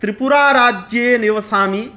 त्रिपुरा राज्ये निवसामि